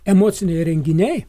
emociniai renginiai